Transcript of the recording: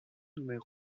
números